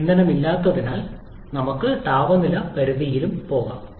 ഉള്ളിൽ ഇന്ധനം ഇല്ലാത്തതിനാൽ കംപ്രഷൻ പ്രക്രിയയിൽ നമുക്ക് ഏത് താപനില പരിധിയിലും പോകാം